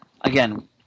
again